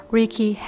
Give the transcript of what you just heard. Ricky